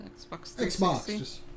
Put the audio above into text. Xbox